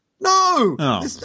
No